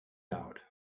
out